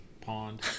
pond